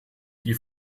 die